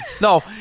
No